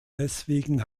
deswegen